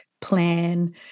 plan